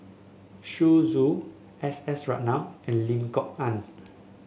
Zhu Xu S S Ratnam and Lim Kok Ann